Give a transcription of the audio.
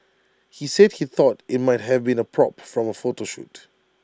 he said he thought IT might have been A prop from A photo shoot